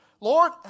Lord